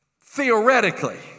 Theoretically